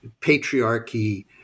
patriarchy